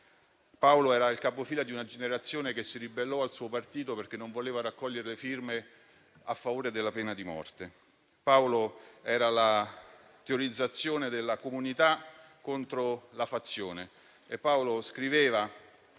Paolo era il capofila di una generazione che si era ribellata al suo partito, perché non voleva raccogliere le firme a favore della pena di morte. Paolo era la teorizzazione della comunità contro la fazione.